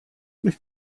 ich